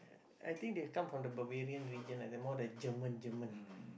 I I think they come from the Bavarian region ah they're more like German German